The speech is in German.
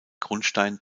grundstein